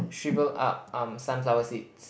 shrivelled up um sunflower seeds